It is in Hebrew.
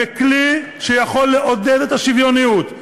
וכלי שיכול לעודד את השוויוניות.